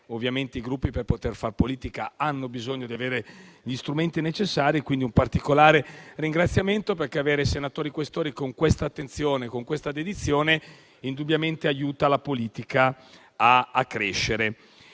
Ovviamente i Gruppi, per poter far politica, hanno bisogno di disporre degli strumenti necessari. Quindi, un particolare ringraziamento a loro, perché avere senatori Questori con questa attenzione e con questa dedizione indubbiamente aiuta la politica a crescere.